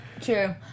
true